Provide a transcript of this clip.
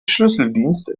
schlüsseldienst